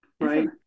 Right